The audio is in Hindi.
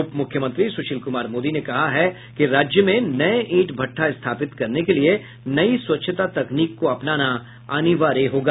उप मुख्यमंत्री सुशील कुमार मोदी ने कहा है कि राज्य में नये ईंट भट्ठा स्थापित करने के लिए नई स्वच्छता तकनीक को अपनाना अनिवार्य होगा